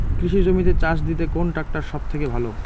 কৃষি জমিতে চাষ দিতে কোন ট্রাক্টর সবথেকে ভালো?